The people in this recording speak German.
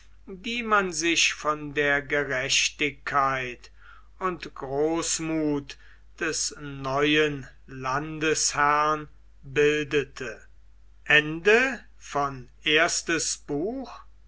die man sich von der gerechtigkeit und großmuth des neuen landesherrn bildet